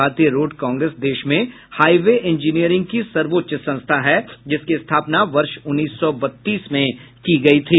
भारतीय road congress देश में हाईवे इंजीनियरिंग की सर्वोच्च संस्था है जिसकी स्थापना वर्ष उन्नीस सौ बत्तीस में की गयी थी